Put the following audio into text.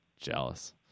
jealous